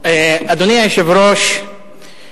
אדוני היושב-ראש,